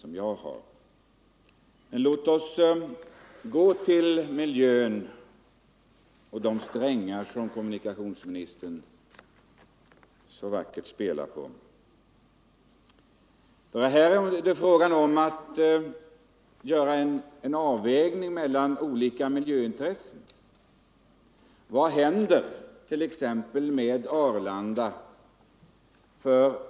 Låt oss emellertid gå över till miljön och de strängar som kommunikationsministern så vackert spelar på. Här är det fråga om att göra en avvägning mellan olika miljöintressen. Vad händer t.ex. med Arlanda?